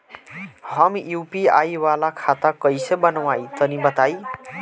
हम यू.पी.आई वाला खाता कइसे बनवाई तनि बताई?